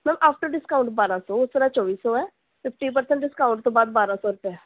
ma'am after discount ਬਾਰਾਂ ਸੌ ਉਸ ਤਰ੍ਹਾਂ ਚੌਵੀ ਸੌ ਹੈ ਫਿਫਟੀ ਪਰਸੈਂਟ ਡਿਸਕਾਊਂਟ ਤੋਂ ਬਾਅਦ ਬਾਰਾਂ ਸੌ ਰੁਪਏ